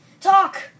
Talk